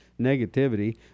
negativity